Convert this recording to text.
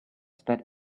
that